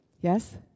Yes